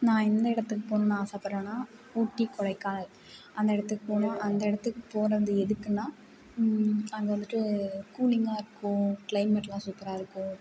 நான் எந்த இடத்துக்கு போகணுன்னு ஆசைப்படறேன்னா ஊட்டி கொடைக்கானல் அந்த இடத்துக்கு போகணும் அந்த இடத்துக்கு போவது எதுக்குன்னால் அங்கே வந்துட்டு கூலிங்காக இருக்கும் க்ளைமேடெலாம் சூப்பராக இருக்கும்